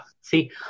See